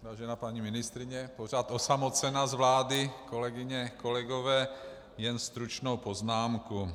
Vážená paní ministryně, pořád osamocena z vlády, kolegyně, kolegové, jen stručnou poznámku.